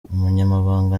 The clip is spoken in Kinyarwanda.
umunyamabanga